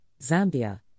Zambia